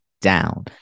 down